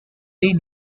they